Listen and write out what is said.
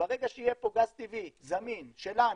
שברגע שיהיה פה גז טבעי, זמין, שלנו,